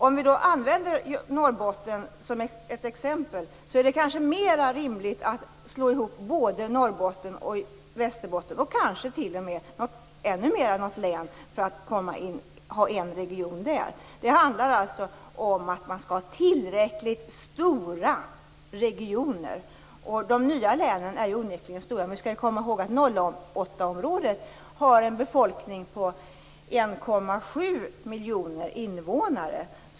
Om jag använder Norrbotten som exempel kan jag säga att det är mer rimligt att slå ihop Norrbotten, Västerbotten och kanske ytterligare något län till en region. Det handlar om att man skall ha tillräckligt stora regioner. De nya länen är onekligen stora. Vi skall komma ihåg att 08-området har 1,7 miljoner invånare.